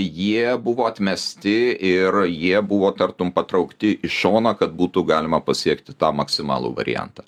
jie buvo atmesti ir jie buvo tartum patraukti į šoną kad būtų galima pasiekti tą maksimalų variantą